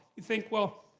you think, well,